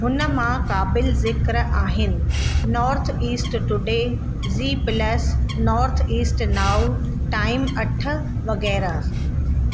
हुन मां क़ाबिल ज़िकिर आहिनि northeast today G plus northeast now time अठ वगै़रह